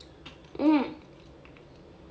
mm